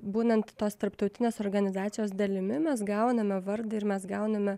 būnant tos tarptautinės organizacijos dalimi mes gauname vardą ir mes gauname